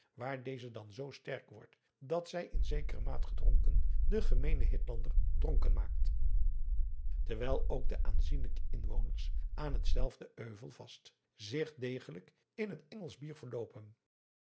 waar deze dan zoo sterk wordt dat zij in zekere maat gedronken den gemeenen hitlander dronken maakt terwijl ook de aanzienlijke adriaan loosjes pzn het leven van johannes wouter blommesteyn inwoners aan hetzelfde euvel vast zich degelijk in het engelsch bier